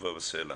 חצובה בסלע.